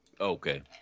Okay